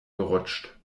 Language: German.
gerutscht